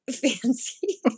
fancy